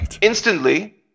Instantly